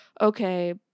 okay